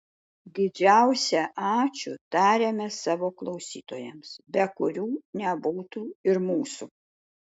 didžiausią ačiū tariame savo klausytojams be kurių nebūtų ir mūsų